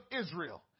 Israel